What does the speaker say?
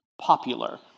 popular